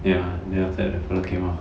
ya then after that the fellow came ah